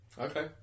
okay